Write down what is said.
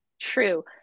true